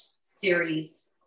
series